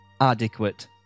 adequate